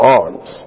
arms